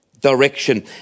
direction